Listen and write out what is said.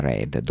Red